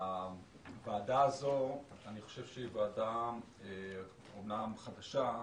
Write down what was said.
הוועדה הזאת אמנם ועדה חדשה,